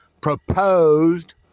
proposed